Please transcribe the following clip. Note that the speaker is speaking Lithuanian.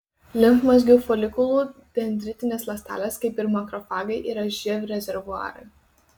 limfmazgių folikulų dendritinės ląstelės kaip ir makrofagai yra živ rezervuarai